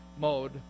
mode